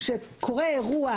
כשקורא אירוע